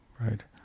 right